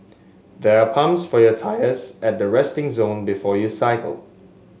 there are pumps for your tyres at the resting zone before you cycle